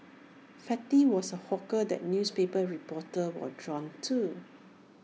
fatty was A hawker that newspaper reporters were drawn to